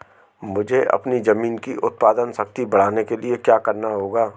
मुझे अपनी ज़मीन की उत्पादन शक्ति बढ़ाने के लिए क्या करना होगा?